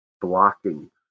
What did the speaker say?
blocking